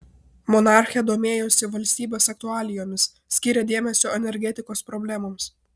monarchė domėjosi valstybės aktualijomis skyrė dėmesio energetikos problemoms